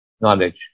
knowledge